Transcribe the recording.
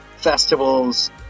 festivals